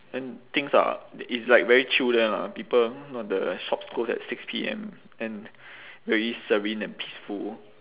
and things are it's like very chill there lah people all the shops close at six P_M and very serene and peaceful